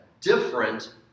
different